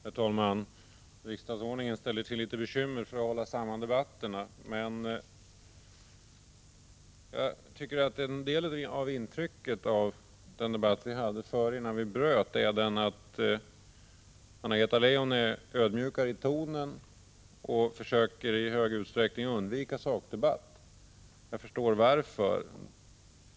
Herr talman! Riksdagsordningen ställer till litet bekymmer när det gäller att hålla samman debatterna. Mitt intryck av den debatt vi hade innan den bröts är bl.a. att Anna-Greta Leijon är ödmjukare i tonen och i stor utsträckning försöker undvika sakdebatt. Jag förstår varför.